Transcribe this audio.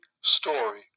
story